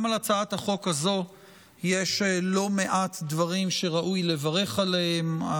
גם בהצעת החוק הזו יש לא מעט דברים שראוי לברך עליהם.